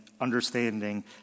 understanding